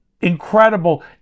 incredible